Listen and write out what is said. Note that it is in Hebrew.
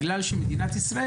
בגלל שמדינת ישראל,